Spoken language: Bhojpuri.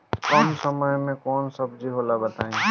कम समय में कौन कौन सब्जी होला बताई?